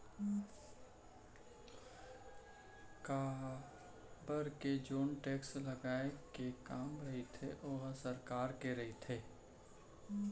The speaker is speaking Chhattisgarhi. काबर के जेन टेक्स लगाए के काम रहिथे ओहा सरकार के रहिथे